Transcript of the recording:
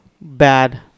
bad